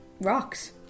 rocks